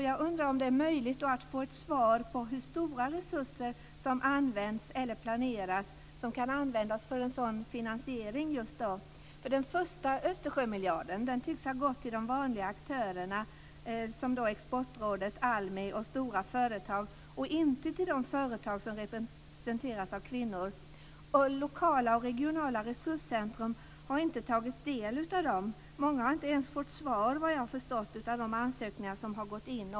Jag undrar om det är möjligt att få veta hur stora resurser som används eller planeras som kan användas för en sådan finansiering. Den första Östersjömiljarden tycks ha gått till de vanliga aktörerna, t.ex. Exportrådet, ALMI och stora företag, inte till de företag som representeras av kvinnor. Lokala och regionala resurscentrum har inte tagit del av pengarna. Många har inte ens fått svar på sina ansökningar.